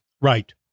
Right